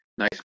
Nice